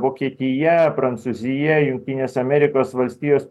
vokietija prancūzija jungtinės amerikos valstijos